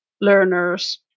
learners